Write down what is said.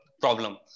problem